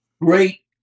great